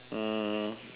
um